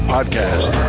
Podcast